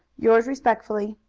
yours respectfully,